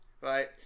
right